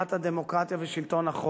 לשמירת הדמוקרטיה ושלטון החוק,